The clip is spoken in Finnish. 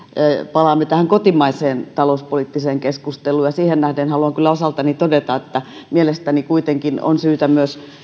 palaamme tähän kotimaiseen talouspoliittiseen keskusteluun siihen nähden haluan kyllä osaltani todeta että mielestäni kuitenkin on syytä